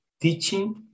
teaching